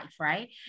right